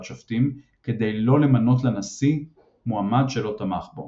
שופטים כדי לא למנות לנשיא מועמד שלא תמך בו.